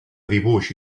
dibuix